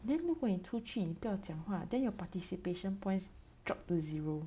then 如果你出去你不要讲话 then your participation points dropped to zero